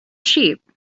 sheep